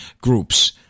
groups